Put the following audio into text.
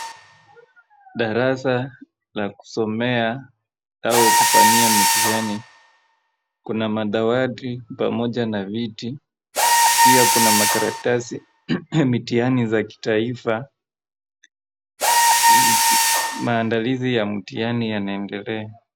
Darasa la kusomea au kufanyia mitihani. Kuna madawati pamoja na viti. Pia kuna makaratasi, mitihani za kitaifa, maandalizi ya mtihani yanaendelea.